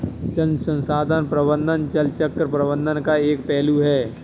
जल संसाधन प्रबंधन जल चक्र प्रबंधन का एक पहलू है